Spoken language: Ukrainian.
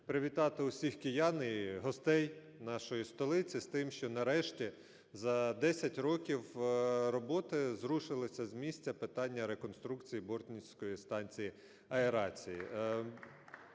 привітати всіх киян і гостей нашої столиці з тим, що нарешті за 10 років роботи зрушилося з місця питання реконструкціїБортницької станції аерації.